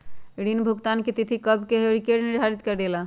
ऋण भुगतान की तिथि कव के होई इ के निर्धारित करेला?